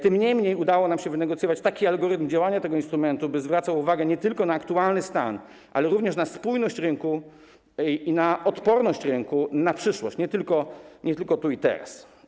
Tym niemniej udało nam się wynegocjować taki algorytm działania tego instrumentu, by zwracał uwagę nie tylko na aktualny stan, ale również na spójność rynku i na odporność rynku w przyszłości, nie tylko tu i teraz.